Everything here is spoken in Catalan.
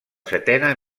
setena